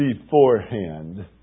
beforehand